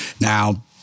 Now